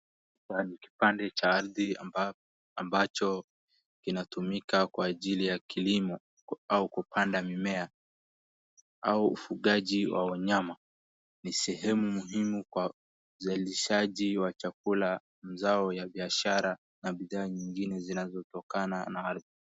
Hapa ni kipande cha ardhi ambacho kinatumika kwa ajili ya kilimo au kupanda mimea au ufugaji wa wanyama. Ni sehemu muhimu kwa uzalishaji wa chakula, mazao ya biashara na bidhaa nyingine zinazotokana na ardhi.